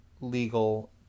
legal